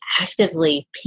actively